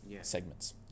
segments